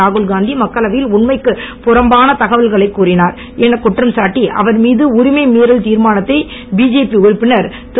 ராகுல் காந்தி மக்களவையில் உண்மைக்கு புறம்பான தகவலை கூறினார் எனக் குற்றம் சாட்டி அவர் மீது உரிமை மீறல் தீர்மானத்தை பிஜேபி உறுப்பினர் திரு